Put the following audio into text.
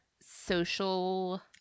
social